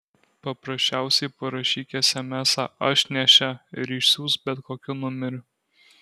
paprasčiausiai parašyk esemesą aš nėščia ir išsiųsk bet kokiu numeriu